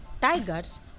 tigers